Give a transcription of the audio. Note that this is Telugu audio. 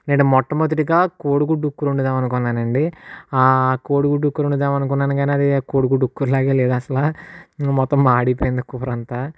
నేను మొట్టమొదటిగా కోడిగుడ్డు కూర వండుదాం అనుకున్నాను అండి కోడిగుడ్డు కూర వండుదాం అనుకున్న కానీ అది కోడిగుడ్డు కూర లాగ లేదు అసలు మొత్తం మాడిపోయింది కూరఅం తా